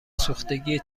سوختگی